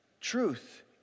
Truth